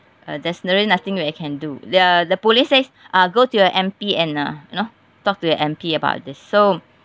uh there's really nothing I can do uh the police says uh go to your M_P and uh you know talk to your M_P about this so